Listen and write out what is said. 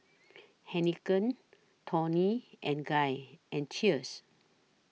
Heinekein Toni and Guy and Cheers